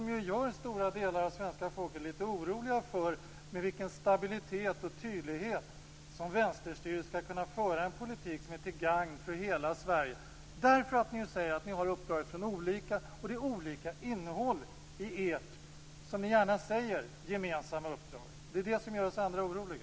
Detta gör stora delar av svenska folket litet oroliga för med vilken stabilitet och tydlighet vänsterstyret skall kunna föra en politik som är till gagn för hela Sverige - därför att ni säger att ni har uppdrag från olika håll och det är olika innehåll i ert, som ni gärna säger, gemensamma uppdrag. Det är det som gör oss andra oroliga.